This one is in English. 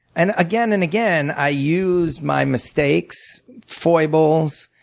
and again and again, i use my mistakes, foibles,